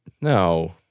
No